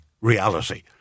reality